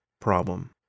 problem